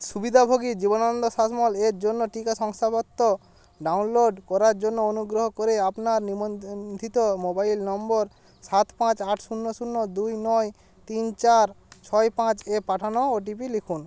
সুবিধাভোগী জীবনানন্দ শাসমল এর জন্য টিকা শংসাপত্র ডাউনলোড করার জন্য অনুগ্রহ করে আপনার নিবন্ধিত মোবাইল নম্বর সাত পাঁচ আট শূন্য শূন্য দুই নয় তিন চার ছয় পাঁচ এ পাঠানো ও টি পি লিখুন